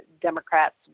Democrats